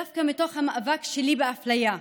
דווקא מתוך המאבק שלי באפליה,